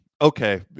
okay